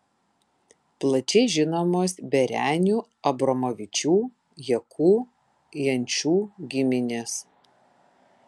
plačiai žinomos berenių abromavičių jakų jančų giminės